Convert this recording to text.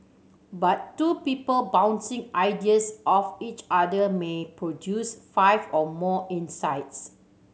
but two people bouncing ideas off each other may produce five or more insights